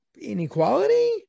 inequality